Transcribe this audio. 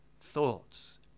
thoughts